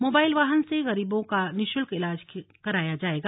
mobile वाहन से गरीबों का निशुल्क इलाज कराया जाएगा